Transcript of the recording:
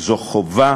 זה חובה